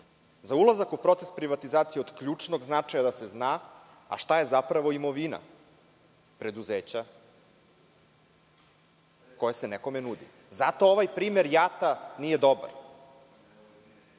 ulazak u proces privatizacije je od ključnog značaja da se zna šta je zapravo imovina preduzeća koje se nekome nudi. Zato ovaj primer JAT-a nije dobar.